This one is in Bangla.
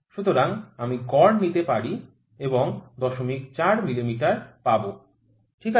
সুতরাং আমি গড় নিতে পারি এবং 04 মিমি পাব ঠিক আছে